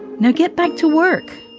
now get back to work